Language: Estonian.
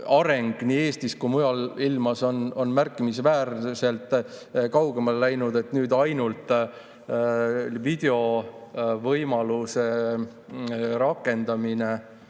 areng nii Eestis kui ka mujal maailmas märkimisväärselt kaugemale läinud. Nüüd, ainult videovõimaluse rakendamine